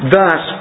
Thus